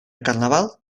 carnaval